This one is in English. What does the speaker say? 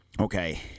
Okay